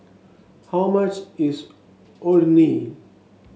how much is Orh Nee